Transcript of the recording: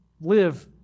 live